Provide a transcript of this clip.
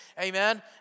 Amen